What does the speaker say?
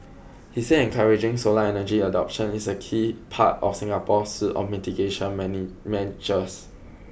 he said encouraging solar energy adoption is a key part of Singapore's suite of mitigation measures